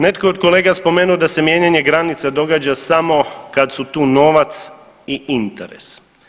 Neto je od kolega spomenuo da se mijenjanje granica događa smo kad su tu novac i interes.